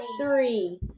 Three